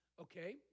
Okay